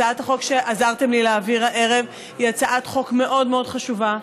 הצעת החוק שעזרתם לי להעביר הערב היא הצעת חוק מאוד חשובה,